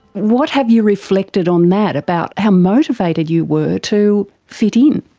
what have you reflected on that, about how motivated you were to fit in?